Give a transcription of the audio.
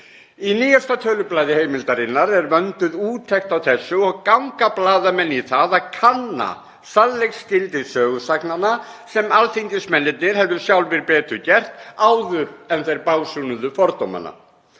Í nýjasta tölublaði Heimildarinnar er vönduð úttekt á þessu og ganga blaðamenn í það að kanna sannleiksgildi sögusagnanna sem alþingismennirnir hefðu sjálfir betur gert áður en þeir básúnuðu fordómana.